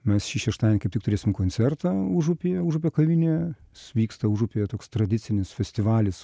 mes šį šeštadienį kaip tik turėsim koncertą užupyje užupio kavinėje vyksta užupyje toks tradicinis festivalis